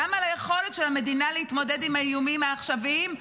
גם על היכולת של המדינה להתמודד עם האיומים העכשוויים.